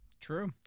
true